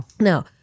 No